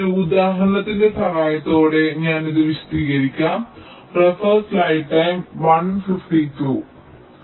ഒരു ഉദാഹരണത്തിന്റെ സഹായത്തോടെ ഞാൻ ഇത് വിശദീകരിക്കട്ടെ